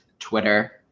twitter